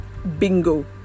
bingo